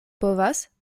povas